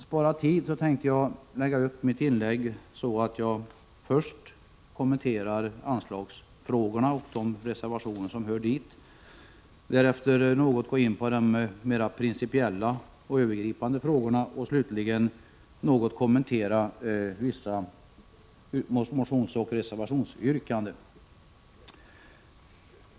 Jag tänkte lägga upp mitt inlägg så att jag först kommenterar anslagsfrågorna och de reservationer som hör dit, därefter något går in på de mera principiella och övergripande frågorna och slutligen något kommenterar vissa motionsoch reservationsyrkanden.